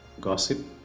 gossip